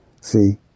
See